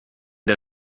der